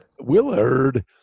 Willard